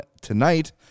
tonight